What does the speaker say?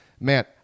man